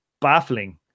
baffling